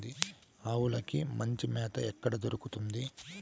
ఆవులకి మంచి మేత ఎక్కడ దొరుకుతుంది?